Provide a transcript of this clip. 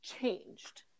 changed